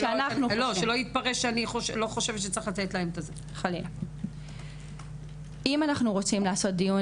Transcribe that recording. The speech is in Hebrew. שלא התפרש שאני לא חושבת שצריך --- אם אנחנו רוצים לעשות דיון